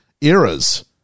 eras